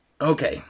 Okay